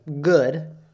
good